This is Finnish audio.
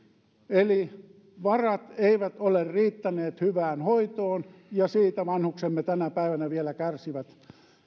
eli varat eivät ole riittäneet hyvään hoitoon ja siitä vanhuksemme tänä päivänä vielä kärsivät